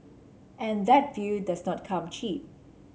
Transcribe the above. and that view does not come cheap